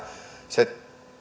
se